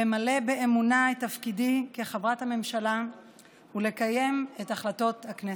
למלא באמונה את תפקידי כחברת הממשלה ולקיים את החלטות הכנסת.